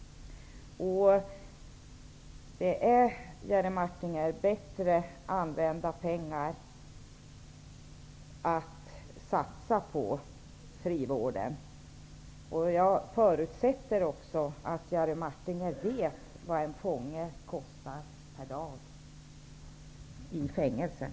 Att satsa på frivården, Jerry Martinger, är bättre använda pengar. Jag förutsätter också att Jerry Martinger vet vad en fånge i fängelse kostar per dag.